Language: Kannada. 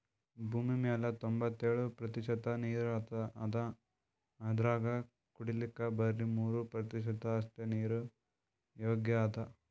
ಭೂಮಿಮ್ಯಾಲ್ ತೊಂಬತ್ತೆಳ್ ಪ್ರತಿಷತ್ ನೀರ್ ಅದಾ ಅದ್ರಾಗ ಕುಡಿಲಿಕ್ಕ್ ಬರಿ ಮೂರ್ ಪ್ರತಿಷತ್ ಅಷ್ಟೆ ನೀರ್ ಯೋಗ್ಯ್ ಅದಾ